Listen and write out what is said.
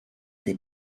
des